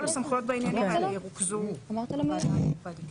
כל הסמכויות בעניין ירוכזו בוועדה המיוחדת.